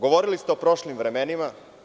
Govorili ste o prošlim vremenima.